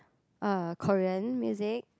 uh Korean music